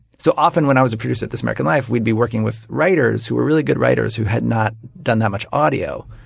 so often when i was a producer at this american life, we'd be working with writers who were really good writers who had not done that much audio.